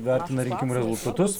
vertina rinkimų rezultatus